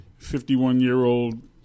51-year-old